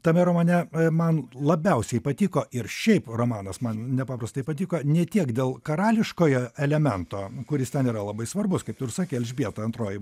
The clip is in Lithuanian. tame romane man labiausiai patiko ir šiaip romanas man nepaprastai patiko ne tiek dėl karališkojo elemento kuris ten yra labai svarbus kaip tu ir sakė elžbieta antroji